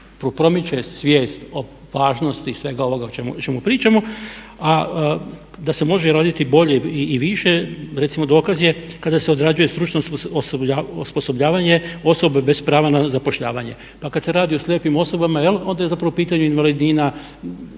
se promiče svijest o važnosti i svega ovoga o čemu pričamo. A da se može roditi bolje i više, recimo dokaz je kada se odrađuje stručno osposobljavanje osobe bez prava na zapošljavanje. Pa kada se radi o slijepim osobama onda je zapravo u pitanju invalidnina,